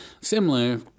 similar